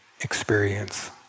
experience